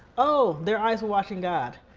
oh! their eyes were watching god.